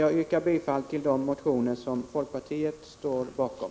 Jag yrkar bifall till de motioner som folkpartiet står bakom.